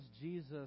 Jesus